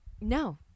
No